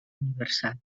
universal